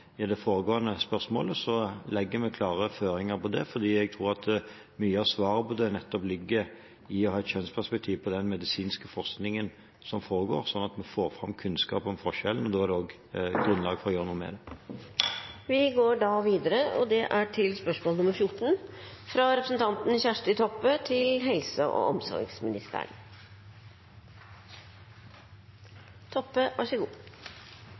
fordi jeg tror at mye av svaret på det nettopp ligger i å ha et kjønnsperspektiv på den medisinske forskningen som foregår, slik at vi får fram kunnskap om forskjellene. Da er det også grunnlag for å gjøre noe med det. «Tynset sykehus var det eneste somatiske sjukehuset i Sykehuset Innlandet som gikk med overskudd i 2016. En avgjørende suksessfaktor har vært at Tynset sykehus har hatt stedlig ledelse med ansvar for økonomi, fag og